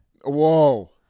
Whoa